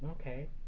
Okay